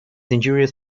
injurious